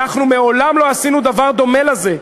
אנחנו מעולם לא עשינו דבר דומה לזה.